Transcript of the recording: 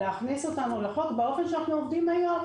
להכניס אותנו לחוק באופן שאנחנו עובדים היום.